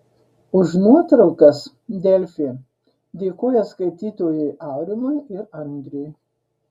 už nuotraukas delfi dėkoja skaitytojui aurimui ir andriui